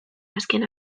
azken